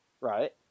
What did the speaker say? Right